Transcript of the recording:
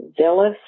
zealous